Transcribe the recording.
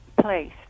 place